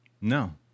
No